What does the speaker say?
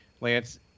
Lance